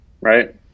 right